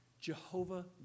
Jehovah